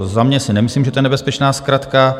Za mě si nemyslím, že to je nebezpečná zkratka.